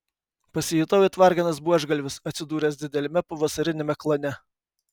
pasijutau it varganas buožgalvis atsidūręs dideliame pavasariniame klane